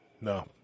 No